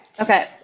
okay